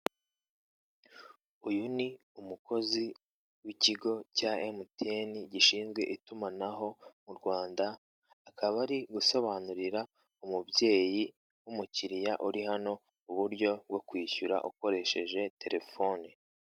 Uyu ni umukozi w'ikigo cya MTN gishinzwe itumanaho mu Rwanda akaba ari gusobanurira umubyeyi w'umukiriya uri hano uburyo bwo kwishyura ukoresheje terefone.